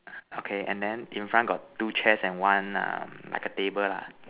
okay and then in front got two chairs and one err like a table lah